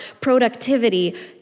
productivity